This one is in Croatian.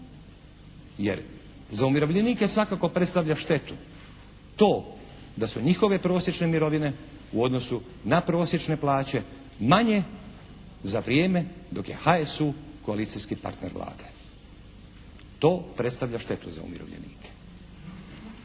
Jer za umirovljenike svakako predstavlja štetu to da su njihove prosječne mirovine u odnosu na prosječne plaće manje za vrijeme dok je HSU koalicijski partner Vlade. To predstavlja štetu za umirovljenike.